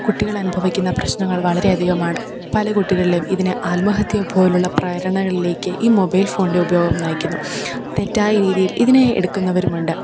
കുട്ടികൾ അനുഭവിക്കുന്ന പ്രശ്നങ്ങൾ വളരെ അധികമാണ് പല കുട്ടികളിലും ഇതിന് ആത്മഹത്യ പോലുള്ള പ്രേരണകളിലേക്ക് ഈ മൊബൈൽ ഫോൺൻ്റെ ഉപയോഗം നയിക്കുന്നു തെറ്റായ രീതിയിൽ ഇതിനെ എടുക്കുന്നവരുമുണ്ട്